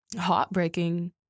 heartbreaking